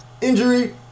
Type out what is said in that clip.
injury